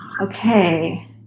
Okay